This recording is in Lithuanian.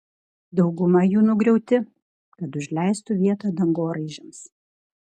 dauguma jų nugriauti kad užleistų vietą dangoraižiams